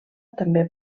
també